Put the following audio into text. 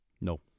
No